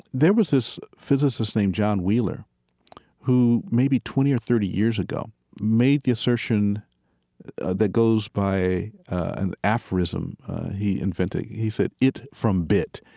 there was this physicist named john wheeler who maybe twenty or thirty years ago made the assertion that goes by an aphorism he invented. he said, it from bit.